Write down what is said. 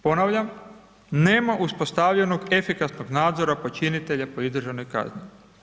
Ponavljam, nema uspostavljenog efikasnog nadzora počinitelja po izdržanoj kazni.